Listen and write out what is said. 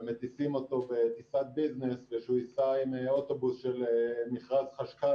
ומטיסים אותו בטיסת ביזנס ושהוא ייסע עם אוטובוס של מכרז חשכ"ל,